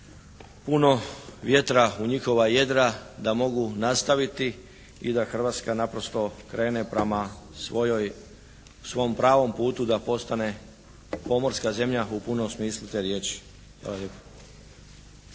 puno vjetra u njihova jedra da mogu nastaviti i da Hrvatska naprosto krene prema svojoj, svom pravom putu da postane pomorska zemlja u punom smislu te riječi.